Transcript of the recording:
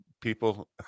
people